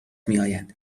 میآیند